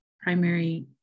primary